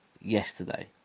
yesterday